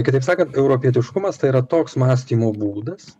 kitaip sakant europietiškumas tai yra toks mąstymo būdas